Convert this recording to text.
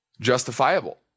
justifiable